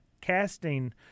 casting